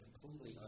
completely